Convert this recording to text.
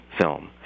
film